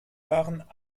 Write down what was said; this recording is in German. waren